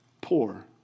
poor